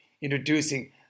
introducing